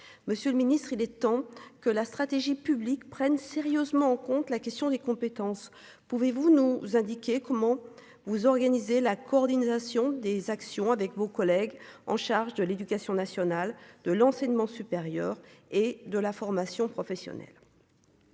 Monsieur le ministre, il est temps que la stratégie publique prenne sérieusement en compte la question des compétences. Pouvez-vous nous indiquer comment vous organisez la coordination des actions avec vos collègues en charge de l'éducation nationale, de l'enseignement supérieur et de la formation professionnelle.